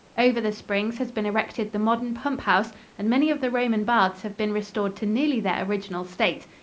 over the springs has been erected the modern pump-house and many of the roman baths have been restored to nearly their original state.